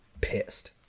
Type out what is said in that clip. pissed